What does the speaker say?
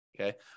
Okay